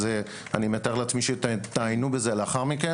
אני מתאר לעצמי שתעיינו בזה לאחר מכן